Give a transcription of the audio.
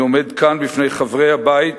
אני עומד כאן בפני חברי הבית